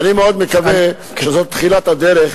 אני מאוד מקווה שזו תחילת הדרך,